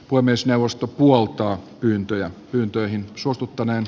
puhemiesneuvosto puoltaa pyyntöjä